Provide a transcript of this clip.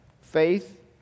faith